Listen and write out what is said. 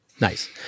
Nice